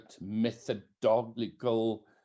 methodological